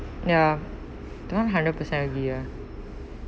ya the one hundred per cent agree ah